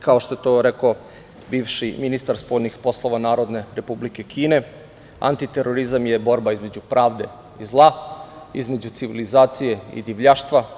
Kao što je to rekao bivši ministar spoljnih poslova Narodne Republike Kine, antiterorizam je borba između pravde i zla, između civilizacije i divljaštva.